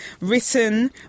written